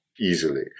easily